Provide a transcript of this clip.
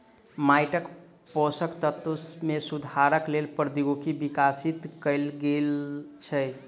माइटक पोषक तत्व मे सुधारक लेल प्रौद्योगिकी विकसित कयल गेल छै